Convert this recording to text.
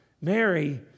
Mary